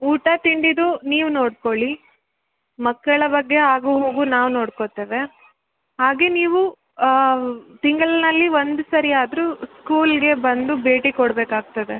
ಊಟ ತಿಂಡಿದು ನೀವು ನೋಡ್ಕೊಳ್ಳಿ ಮಕ್ಕಳ ಬಗ್ಗೆ ಆಗು ಹೋಗು ನಾವು ನೋಡ್ಕೋತೇವೆ ಹಾಗೆ ನೀವು ತಿಂಗಳಿನಲ್ಲಿ ಒಂದು ಸರಿ ಆದ್ರೂ ಸ್ಕೂಲಿಗೆ ಬಂದು ಭೇಟಿ ಕೊಡಬೇಕಾಗ್ತದೆ